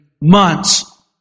months